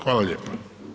Hvala lijepa.